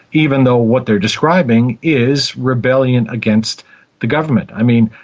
even though what they are describing is rebellion against the government. i mean,